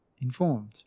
informed